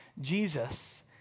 Jesus